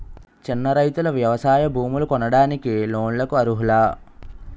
చిన్న రైతులు వ్యవసాయ భూములు కొనడానికి లోన్ లకు అర్హులా?